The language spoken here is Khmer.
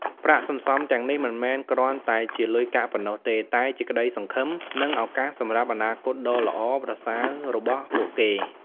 ប្រាក់សន្សំទាំងនេះមិនមែនគ្រាន់តែជាលុយកាក់ប៉ុណ្ណោះទេ តែជាក្ដីសង្ឃឹម និងឱកាសសម្រាប់អនាគតដ៏ល្អប្រសើររបស់ពួកគេ។